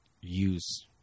use